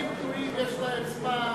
העשירים פנויים, יש להם זמן,